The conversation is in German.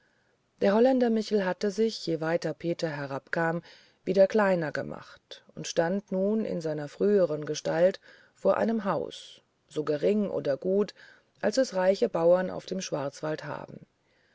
der holländer michel hatte sich je weiter peter herabkam wieder kleiner gemacht und stand nun in seiner früheren gestalt vor einem haus so gering oder gut als es reiche bauern auf dem schwarzwald haben